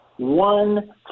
one